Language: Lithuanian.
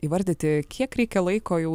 įvardyti kiek reikia laiko jau